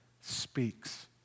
speaks